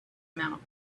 mouth